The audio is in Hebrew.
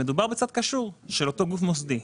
מדובר בצד קשור של אותו גוף מוסדי,